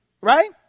right